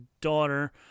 daughter